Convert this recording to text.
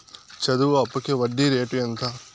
చదువు అప్పుకి వడ్డీ రేటు ఎంత?